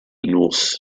north